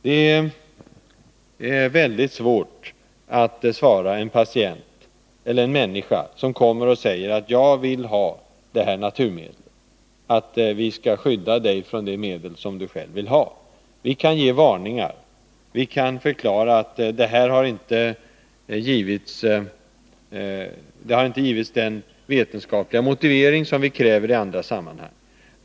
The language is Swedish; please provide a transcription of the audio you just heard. Det är svårt att svara en människa som kommer och säger att hon vill ha ett naturmedel, att vi måste skydda henne emot det medel hon själv vill ha. Vi kan ge varningar, vi kan förklara att medlet i fråga inte har givits den vetenskapliga prövning som vii andra sammanhang kräver.